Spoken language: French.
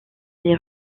les